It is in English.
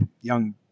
young